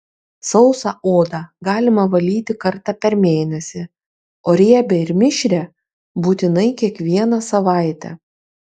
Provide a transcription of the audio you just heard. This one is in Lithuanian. sausą odą galima valyti kartą per mėnesį o riebią ir mišrią būtinai kiekvieną savaitę